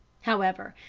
however,